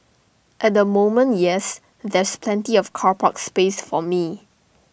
at the moment yes there's plenty of car park space for me